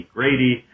Grady